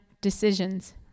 decisions